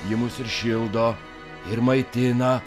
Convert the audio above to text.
ji mus ir šildo ir maitina